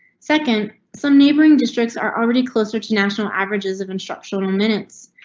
second, some neighboring districts are already closer to national averages of instructional minutes.